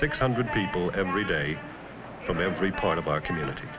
six hundred people every day from every part of the community